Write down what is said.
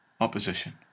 opposition